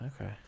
Okay